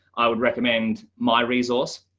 i would recommend my resource,